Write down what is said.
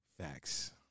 Facts